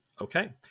Okay